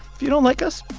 if you don't like us,